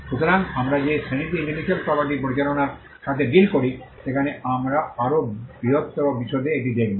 সুতরাং আমরা যে শ্রেণীতে ইন্টেলেকচুয়াল প্রপার্টি পরিচালনার সাথে ডিল করি সেখানে আমরা আরও বৃহত্তর বিশদে এটি দেখব